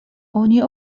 oni